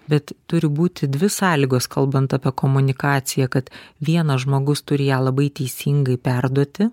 bet turi būti dvi sąlygos kalbant apie komunikaciją kad vienas žmogus turi ją labai teisingai perduoti